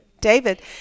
David